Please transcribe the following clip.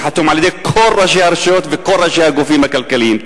שחתום על-ידי כל ראשי הרשויות וכל ראשי הגופים הכלכליים?